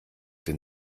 den